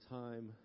time